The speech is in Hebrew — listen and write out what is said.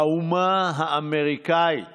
האומה האמריקנית